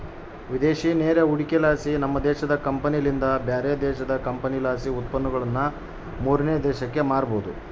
ವಿದೇಶಿ ನೇರ ಹೂಡಿಕೆಲಾಸಿ, ನಮ್ಮ ದೇಶದ ಕಂಪನಿಲಿಂದ ಬ್ಯಾರೆ ದೇಶದ ಕಂಪನಿಲಾಸಿ ಉತ್ಪನ್ನಗುಳನ್ನ ಮೂರನೇ ದೇಶಕ್ಕ ಮಾರಬೊದು